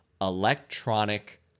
electronic